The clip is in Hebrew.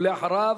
ואחריו,